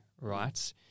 right